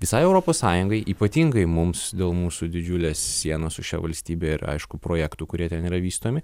visai europos sąjungai ypatingai mums dėl mūsų didžiulės sienos su šia valstybe ir aišku projektų kurie ten yra vystomi